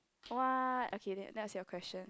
what okay that that was your question